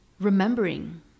remembering